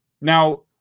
Now